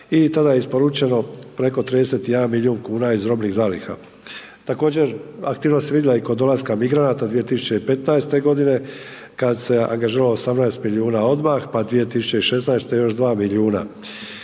i tada je isporučeno preko 31 milijun kuna iz robnih zaliha. Također, aktivnost se vidla i kod dolaska migranata 2015. godine kad se angažiralo 18 milijuna odmah, pa 2016. još 2 milijuna.